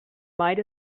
might